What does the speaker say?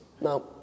No